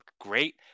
great